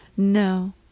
no.